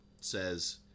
says